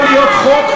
יכול להיות חוק,